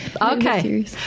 Okay